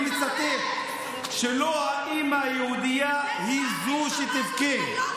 ואני מצטט: שלא האימא היהודייה היא זו שתבכה.